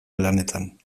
lanetan